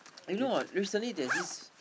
I know what recently there's this